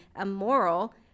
immoral